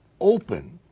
open